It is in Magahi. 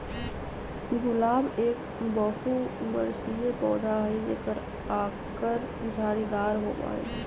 गुलाब एक बहुबर्षीय पौधा हई जेकर आकर झाड़ीदार होबा हई